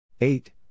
Eight